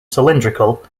cylindrical